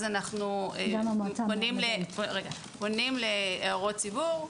אנו פונים להערות ציבור.